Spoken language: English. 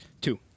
Two